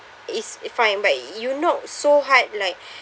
it's it fine but you knock so hard like